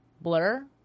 blur